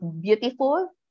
beautiful